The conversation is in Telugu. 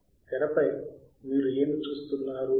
తెరపై మీరు ఏమి చూస్తున్నారు